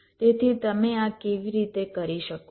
તેથી તમે આ કેવી રીતે કરી શકો છો